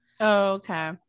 okay